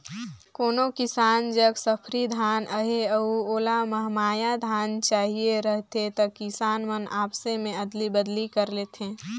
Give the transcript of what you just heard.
कोनो किसान जग सफरी धान अहे अउ ओला महमाया धान चहिए रहथे त किसान मन आपसे में अदली बदली कर लेथे